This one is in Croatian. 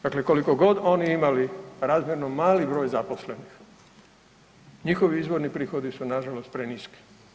Dakle kolikogod oni imali razmjerno mali broj zaposleni, njihovi izvorni prihodi su nažalost preniski.